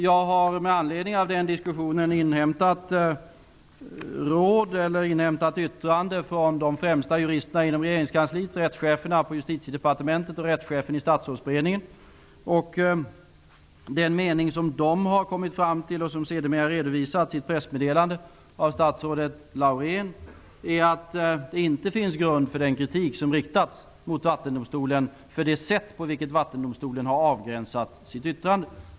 Jag har med anledning av den diskussionen inhämtat yttranden från de främsta juristerna inom regeringskansliet, från rättscheferna på Justitiedepartementet och från rättschefen i Statsrådsberedningen. Den mening som de har kommit fram till, och som sedermera redovisats i ett pressmeddelande från statsrådet Laurén, är att det inte finns grund för den kritik som riktats mot Vattendomstolen för det sätt på vilket Vattendomstolen har avgränsat sitt yttrande.